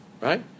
right